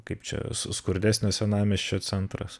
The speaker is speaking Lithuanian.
kaip čia skurdesnio senamiesčio centras